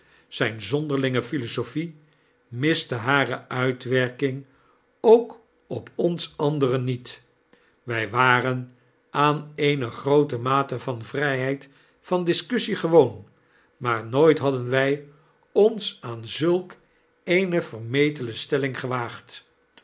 zyne zonderlingephilosophie miste hare uitwerking ook op ons anderen niet wy waren aan eene groote mate van vrijheid van discussie gewoon maar nooit hadden wy ons aan zulk eene vermetele stelling gewaagd